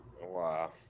Wow